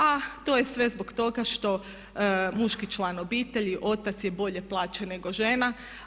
A to je sve zbog toga što muški član obitelji otac je bolje plaćen nego žena.